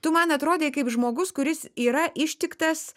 tu man atrodei kaip žmogus kuris yra ištiktas